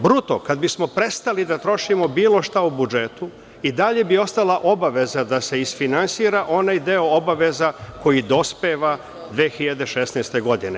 Bruto kad bismo prestali da trošimo bilo šta u budžetu i dalje bi ostala obaveza da se isfinansira onaj deo obaveza koji dospeva 2016. godine.